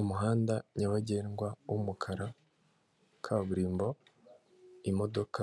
Umuhanda nyabagendwa w'umukara, kaburimbo, imodoka